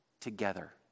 together